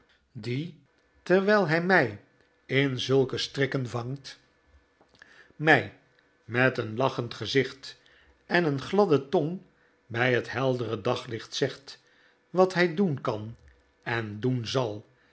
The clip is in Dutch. die terwijl hij mij in zulke strikken vangt mij met een lachend gezicht en een gladde tong bij het heldere daglicht zegt wat hij doen kan en doen zal